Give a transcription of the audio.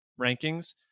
rankings